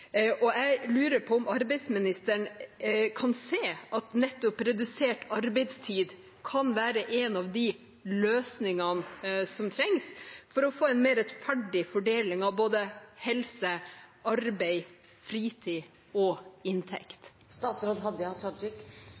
Jeg lurer på om arbeidsministeren ser at nettopp redusert arbeidstid kan være en av de løsningene som trengs for å få en mer rettferdig fordeling av både helse, arbeid, fritid og inntekt.